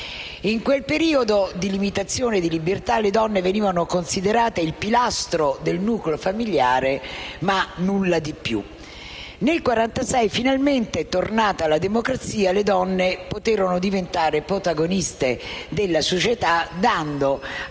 In quel periodo di limitazioni di libertà le donne venivano considerate il pilastro del nucleo familiare, ma nulla di più. Nel 1946, finalmente, tornata la democrazia, le donne poterono diventare protagoniste della società, dando